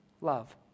love